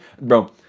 Bro